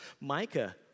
Micah